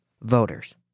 voters